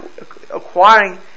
acquiring